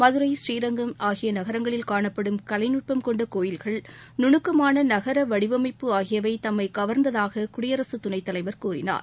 மதுரை பூரீரங்கம் ஆகிய நகரங்களில் காணப்படும் கலைநட்பம் கொண்ட கோயில்கள் நுனுக்கமான நகர வடிவமைப்பு ஆகியவை தம்மை கவர்ந்ததாக குடியரசு துணைத்தலைவர் கூறினார்